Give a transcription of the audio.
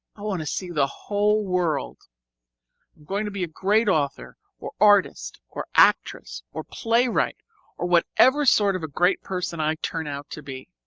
i want to see the whole world going to be a great author, or artist, or actress, or playwright or whatever sort of a great person i turn out to be.